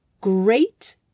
great